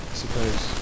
suppose